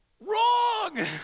wrong